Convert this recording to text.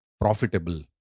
profitable